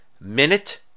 minute